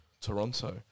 Toronto